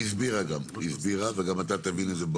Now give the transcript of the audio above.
היא הסבירה וגם אתה תבין את זה.